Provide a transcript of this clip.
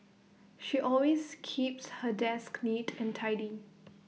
she always keeps her desk neat and tidy